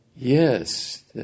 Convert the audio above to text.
Yes